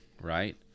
right